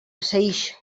saix